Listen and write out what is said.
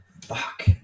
fuck